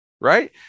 right